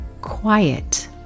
quiet